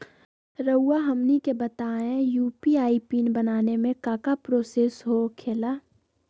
रहुआ हमनी के बताएं यू.पी.आई पिन बनाने में काका प्रोसेस हो खेला?